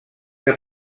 que